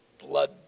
blood